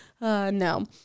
No